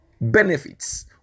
benefits